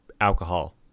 alcohol